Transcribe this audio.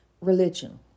religion